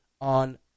on